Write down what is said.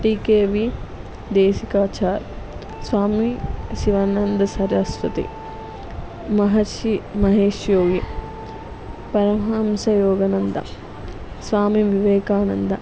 TKV Desikachar Swami Sivananda Saraswati Maharishi Mahesh Yogi Paramahansa Yogananda Swami Vivekananda